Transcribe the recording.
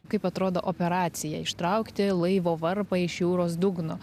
kaip atrodo operacija ištraukti laivo varpą iš jūros dugno